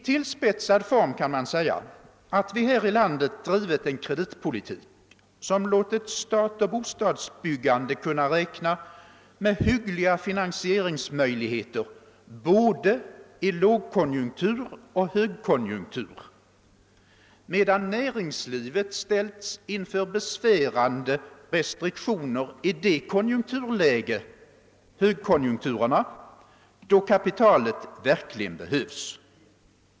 Tillspetsat kan man säga att vi här i landet drivit en kreditpolitik som låtit stat och bostadsbyggande kunna räkna med hyggliga finansieringsmöjligheter under både lågkonjunkturer och högkonjunkturer, medan näringslivet ställts inför besvärande restriktioner i de konjunkturlägen, d.v.s. under högkonjunkturerna, då kapitalet verkligen behövs.